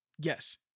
yes